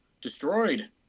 destroyed